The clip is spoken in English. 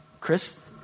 Chris